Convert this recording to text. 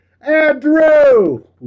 Andrew